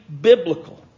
biblical